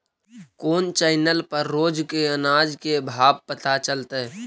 कोन चैनल पर रोज के अनाज के भाव पता चलतै?